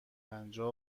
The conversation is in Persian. پنجاه